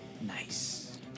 Nice